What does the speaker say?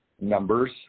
numbers